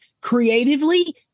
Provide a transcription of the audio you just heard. creatively